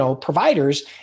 providers